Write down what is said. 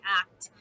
act